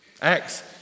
Acts